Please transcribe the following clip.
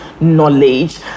knowledge